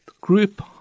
group